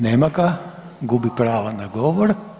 Nema ga, gubi pravo na govor.